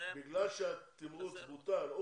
בגלל שהתמרוץ בוטל או